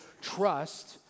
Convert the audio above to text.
trust